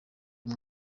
uyu